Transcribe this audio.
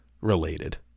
related